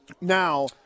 Now